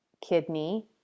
kidney